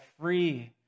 free